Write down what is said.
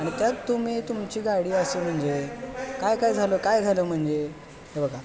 आणि त्यात तुम्ही तुमची गाडी अशी म्हणजे काय काय झालं काय झालं म्हणजे हे बघा